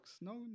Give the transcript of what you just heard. no